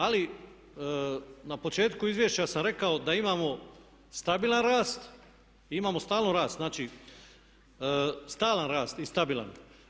Ali na početku izvješća sam rekao da imamo stabilan rast i imamo stalno rast, znači stalan rast i stabilan.